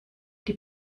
die